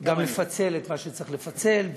גם לפצל את מה שצריך לפצל,